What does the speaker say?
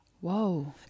Whoa